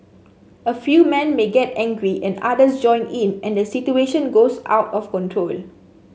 a few men may get angry and others join in and the situation goes out of control